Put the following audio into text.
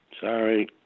Sorry